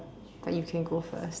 but you can go first